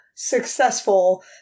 Successful